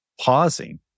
pausing